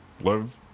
live